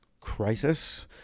crisis